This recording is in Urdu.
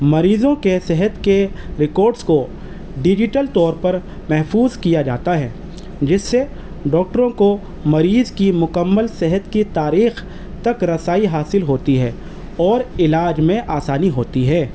مریضوں کے صحت کے ریکارڈز کو ڈیجیٹل طور پر محفوظ کیا جاتا ہے جس سے ڈاکٹروں کو مریض کی مکمل صحت کی تاریخ تک رسائی حاصل ہوتی ہے اور علاج میں آسانی ہوتی ہے